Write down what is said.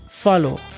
Follow